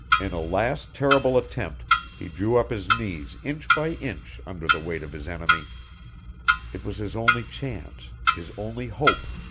in a last terrible attempt he drew up his knees inch by inch under the weight of his enemy it was his only chance, his only hope.